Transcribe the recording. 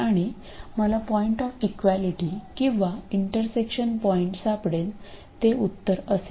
आणि मला point of equality किंवा इंटरसेक्शन पॉईंट सापडेल ते उत्तर असेल